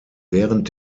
während